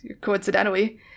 coincidentally